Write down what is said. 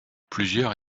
plusieurs